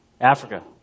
Africa